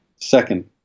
second